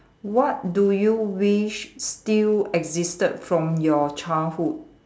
what do you wish still existed from your childhood